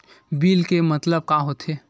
Bill के मतलब का होथे?